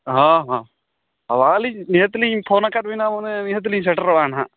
ᱦᱮᱸ ᱦᱮᱸ ᱟᱫᱚ ᱟᱹᱞᱤᱧ ᱱᱤᱦᱟᱹᱛᱞᱤᱧ ᱯᱷᱚᱱ ᱟᱠᱟᱫᱟᱵᱤᱱᱟ ᱢᱟᱱᱮ ᱱᱤᱦᱟᱹᱛᱞᱤᱧ ᱥᱮᱴᱮᱨᱚᱜᱼᱟ ᱱᱟᱦᱟᱜ